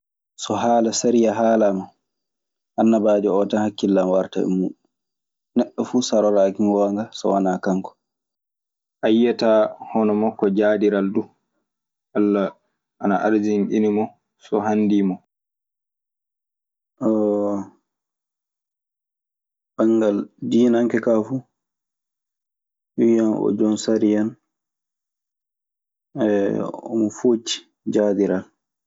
So haala sariya haalaama annabaajo oo tan hakkille an warta e mun, ne ɗon fu saroraki ngonga so wana ngonga. Banngal diinanke kaa fu, mi wiyan o jon sariya. Omo foocci jaadiral.